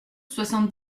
soixante